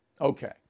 Okay